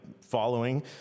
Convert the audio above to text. following